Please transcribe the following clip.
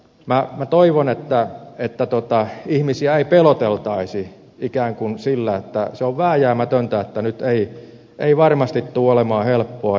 minä toivon että ihmisiä ei peloteltaisi ikään kuin sillä että se on vääjäämätöntä että nyt ei varmasti tule olemaan helppoa